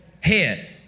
head